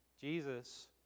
Jesus